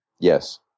Yes